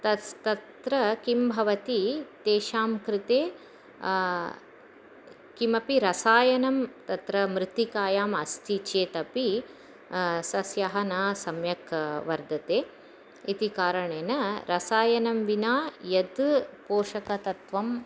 तस् तत्र किं भवति तेषां कृते किमपि रसायनं तत्र मृत्तिकायाम् अस्ति चेतपि सस्यः न सम्यक् वर्धते इति कारणेन रसायनं विना यत् पोषकतत्त्वम्